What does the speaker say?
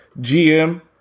GM